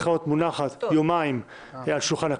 צריכה להיות מונחת יומיים על שולחן הכנסת.